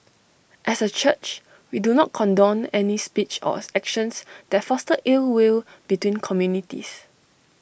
as A church we do not condone any speech or actions that foster ill will between communities